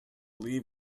leave